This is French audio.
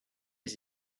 les